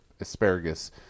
asparagus